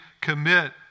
commit